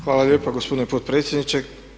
Hvala lijepa gospodine potpredsjedniče.